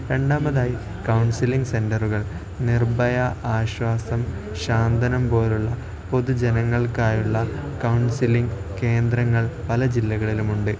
രണ്ടാമതായി കൗൺസിലിംഗ് സെൻ്ററുകൾ നിർഭയ ആശ്വാസം ശാന്തനം പോലുള്ള പൊതു ജനങ്ങൾക്കായുള്ള കൗൺസിലിംഗ് കേന്ദ്രങ്ങൾ പല ജില്ലകളിലുമുണ്ട്